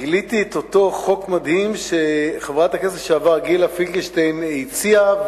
גיליתי את אותו חוק מדהים שחברת הכנסת לשעבר גילה פינקלשטיין הציעה,